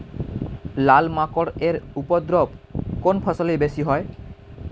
লাল মাকড় এর উপদ্রব কোন ফসলে বেশি হয়?